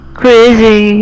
crazy